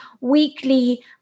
weekly